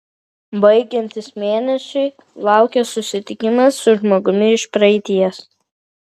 baigiantis mėnesiui laukia susitikimas su žmogumi iš praeities